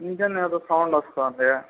engine ఏదో sound వస్తుంది